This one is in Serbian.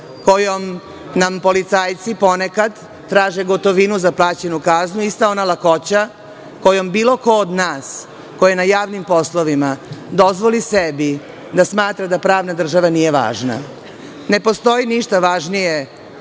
kojom nam policajci ponekad traže gotovinu za plaćenu kaznu, ista ona lakoća kojom bilo ko od nas, ko je na javnim poslovima, dozvoli sebi da smatra da pravna država nije važna. Ne postoji ništa važnije